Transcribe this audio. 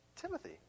Timothy